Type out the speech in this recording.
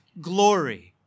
glory